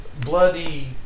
bloody